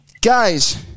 Guys